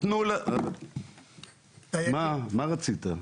מה רצית?